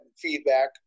feedback